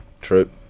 true